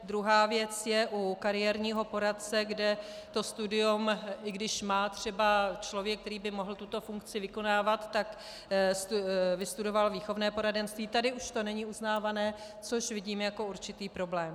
Druhá věc je u kariérního poradce, kde to studium, i když má třeba člověk, který by mohl tuto funkci vykonávat, tak vystudoval výchovné poradenství tady už to není uznávané, což vidím jako určitý problém.